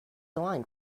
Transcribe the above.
aligned